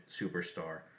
superstar